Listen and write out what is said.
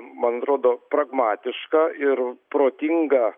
man atrodo pragmatišką ir protingą